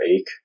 ache